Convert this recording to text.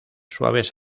suaves